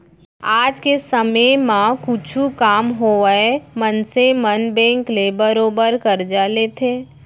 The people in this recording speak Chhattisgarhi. आज के समे म कुछु काम होवय मनसे मन बेंक ले बरोबर करजा लेथें